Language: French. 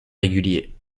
régulier